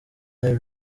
n’ejo